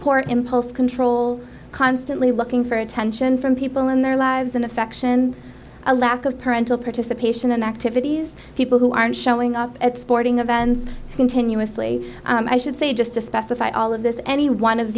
poor impulse control constantly looking for attention from people in their lives an affection a lack of parental participation in activities people who aren't showing up at sporting events continuously i should say just to specify all of this any one of